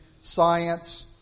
science